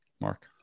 Mark